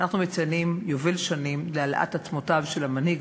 אנחנו מציינים יובל שנים להעלאת עצמותיו של המנהיג